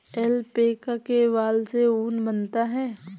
alpaca के बाल से ऊन बनता है